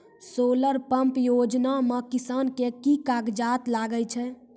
Solar pump योजना म किसान के की कागजात लागै छै?